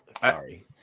sorry